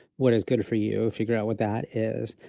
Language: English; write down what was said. what is good for you figure out what that is.